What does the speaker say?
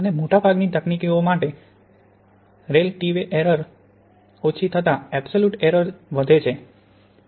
અને મોટાભાગની તકનીકો માટે રેલટિવે એરર ઓછી થતાં અબસોલૂટ એરર વધે છે